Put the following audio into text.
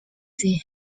they